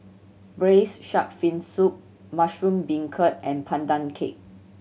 Braised Shark Fin Soup mushroom beancurd and Pandan Cake